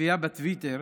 ובצפייה בטוויטר